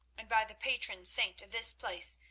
and by the patron saint of this place,